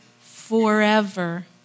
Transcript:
forever